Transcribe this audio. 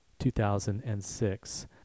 2006